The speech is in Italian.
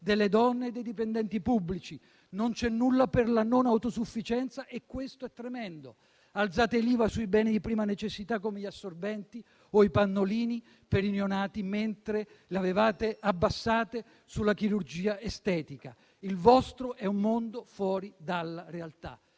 delle donne e dei dipendenti pubblici. Non c'è nulla per la non autosufficienza e questo è tremendo. Alzate l'IVA sui beni di prima necessità come gli assorbenti o i pannolini per i neonati, mentre l'avevate abbassata sulla chirurgia estetica. Il vostro è un mondo fuori dalla realtà